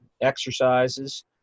exercises